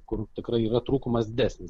kur tikrai yra trūkumas didesnis